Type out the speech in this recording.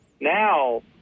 Now